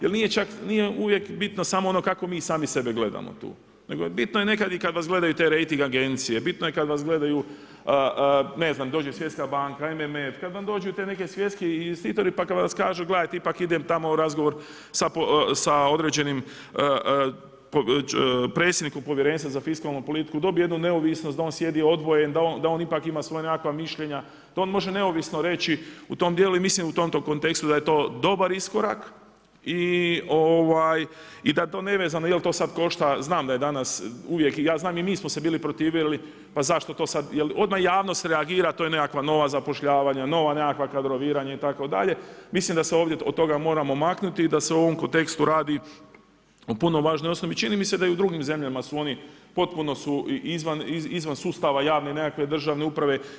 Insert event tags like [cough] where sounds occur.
Jer nije uvijek bitno kako mi sami sebe gledamo tu, nego je bitno kad vas gledaju te rejting agencije, bitno je kad vas gledaju, ne znam dođe svjetska banka, … [unintelligible] kad vam dođu ti neki svjetski investitori pa kad vas kažu gledajte ipak idem tamo u razgovor sa određenim predsjednikom povjerenstva za fiskalnu politiku dobije jednu neovisnost da on sjedi odvojen, da on ipak ima nekakva mišljenja, da on može neovisno reći u tom djelu i mislim u tom kontekstu da je to dobar iskorak i da to nevezano jer to sad košta, znam da je danas, ja znam i mi smo se bili protivili pa zašto to sad, jer odmah javnost reagira to je nekakva nova zapošljavanja, nova nekakva kadroviranja itd. mislim da se ovdje od toga moramo maknuti i da se u ovom kontekstu radi o puno … [unintelligible] i čini mi se da i u drugim zemljama su oni potpuno su izvan sustava javne državne uprave.